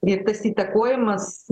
ir tas įtakojimas